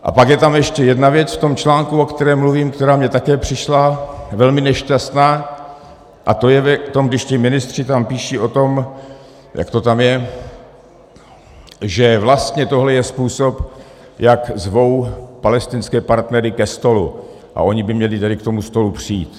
A pak je tam ještě jedna věc v tom článku, o kterém mluvím, která mi také přišla velmi nešťastná, a to je v tom, když ti ministři tam píší o tom jak to tam je že vlastně tohle je způsob, jak zvou palestinské partnery ke stolu, a oni by tedy měli k tomu stolu přijít.